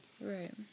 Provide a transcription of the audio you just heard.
Right